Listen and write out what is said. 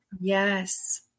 Yes